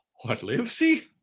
what, lives he?